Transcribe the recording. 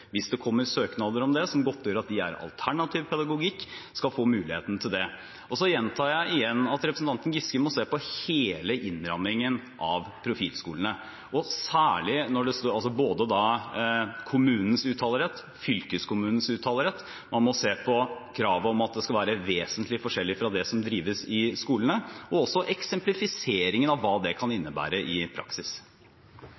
hvis det kommer søknader om det som godtgjør at det er alternativ pedagogikk, skal få muligheten til det. Så gjentar jeg igjen at representanten Giske må se på hele innrammingen av profilskolene, både kommunens uttalerett og fylkeskommunens uttalerett, at man må se på kravet om at det skal være vesentlig forskjellig fra det som drives i skolene, også eksemplifiseringen av hva det kan innebære i praksis.